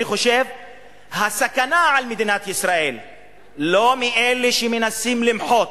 אני חושב שהסכנה למדינת ישראל היא לא מאלה שמנסים למחות,